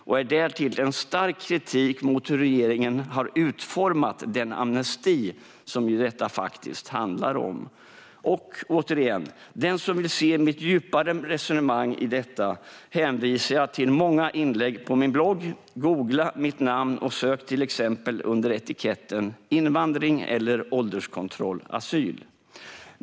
Det är därtill en stark kritik mot hur regeringen har utformat den amnesti som detta faktiskt handlar om. Återigen: Den som vill se mitt djupare resonemang i detta hänvisar jag till många inlägg på min blogg. Googla mitt namn, och sök till exempel under etiketten invandring eller ålderskontroll och asyl!